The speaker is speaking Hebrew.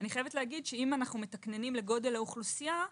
אם אנחנו מתקקנים לגודל האוכלוסייה,